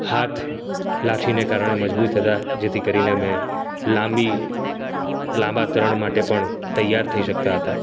હાથ લાઠીને કારણે મજબૂત હતા જેથી કરીને અમે લાંબી લાંબા તરણ માટે પણ તૈયાર થઈ શકતા હતા